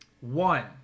One